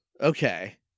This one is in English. Okay